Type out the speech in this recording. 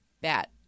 bat